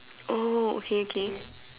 oh okay okay